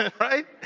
right